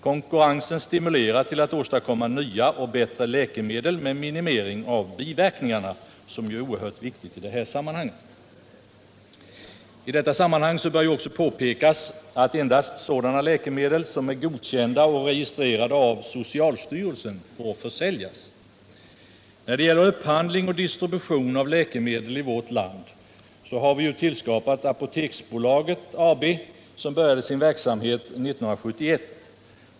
Konkurrensen stimulerar till att åstadkomma nya och bättre läkemedel med minimering av biverkningarna, som ju är oerhört viktigt. I detta sammanhang bör påpekas att endast sådana läkemedel som är godkända och registrerade av socialstyrelsen får försäljas. När det gäller upphandling och distribution av läkemedel i vårt land har vi tillskapat Apoteksbolaget AB, som började sin verksamhet 1971.